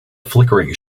flickering